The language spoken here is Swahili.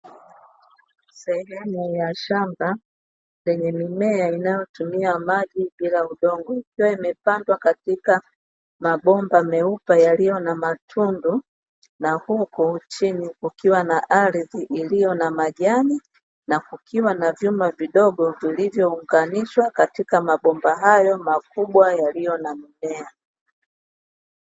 Sehemu ya shamba lenye mimea inayo tumia maji bila udongo, ikiwa imepandwa katika mabomba meupa yaliyo na matunda na huko chini ukiwa na ardhi iliyo na majani na kukiwa na vyuma vidogo vilivyo unganishwa katika mabomba hayo makubwa yaliyo na mmea.